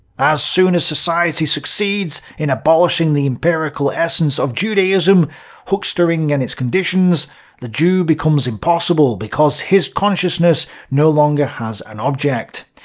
as soon as society succeeds in abolishing the empirical essence of judaism huckstering and its conditions the jew becomes impossible, because his consciousness no longer has an object,